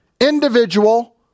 individual